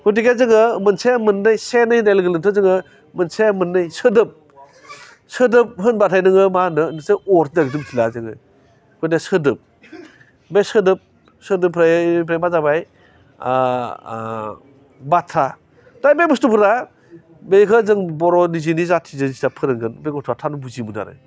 गथिखे जोङो मोनसे मोननै से नै होन्नाय लोगो लोगोनोथ' जोङो मोनसे मोननै सोदोब सोदोब होनबाथाय नोङो मा होनदों नोंसोर अरदों मिथिला जोङो माने सोदोब बे सोदोब सोदोबनिफ्राय ओमफ्राय मा जाबाय बाथ्रा दा बे बुस्थुफोरा बेखौ जों बर' निजिनि जाथिनि हिसाब फोरोंगोन बे गथ'वा थाबनो बुजिमोनो आरो